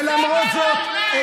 ולמרות זאת,